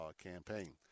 campaign